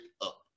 up